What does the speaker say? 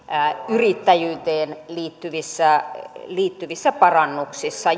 yrittäjyyteen liittyvissä liittyvissä parannuksissa